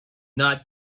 not